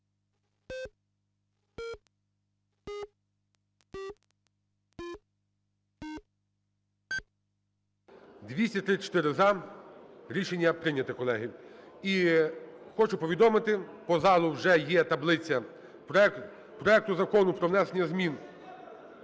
234-за, рішення прийнято, колеги. І хочу повідомити, по залу вже є таблиця проекту Закону про внесення змін